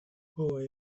boy